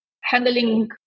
handling